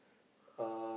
uh